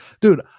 dude